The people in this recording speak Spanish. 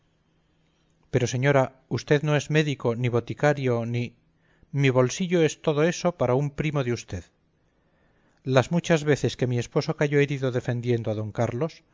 pero señora usted no es médico ni boticario ni mi bolsillo es todo eso para su primo de usted las muchas veces que mi esposo cayó herido defendiendo a don carlos